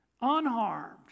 unharmed